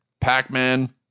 Pac-Man